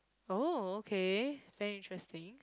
oh okay very interesting